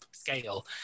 scale